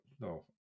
no